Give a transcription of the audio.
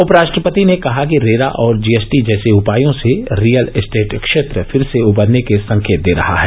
उपराष्ट्रपति ने कहा कि रेरा और जीएसटी जैसे उपायों से रियल एस्टेट क्षेत्र फिर से उबरने के संकेत दे रहा है